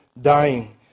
dying